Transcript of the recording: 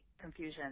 confusion